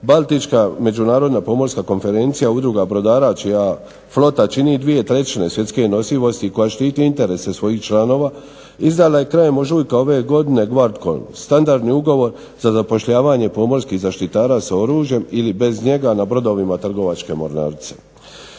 Baltička međunarodna pomorska konferencija, udruga brodara čija flota čini 2/3 svjetske nosivosti i koja štiti interese svojih članova izdala je krajem ožujka ove godine …/Ne razumije se./…, standardni ugovor za zapošljavanje pomorskih zaštitara s oružjem ili bez njega na brodovima trgovačke mornarice.